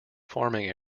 farming